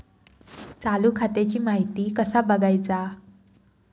चालू खात्याची माहिती कसा बगायचा?